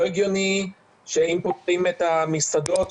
לא הגיוני שאם פותחים את המסעדות,